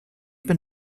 been